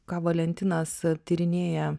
ką valentinas tyrinėja